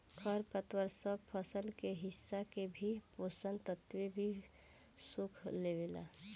खर पतवार सब फसल के हिस्सा के भी पोषक तत्व भी सोख लेवेला